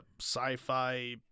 sci-fi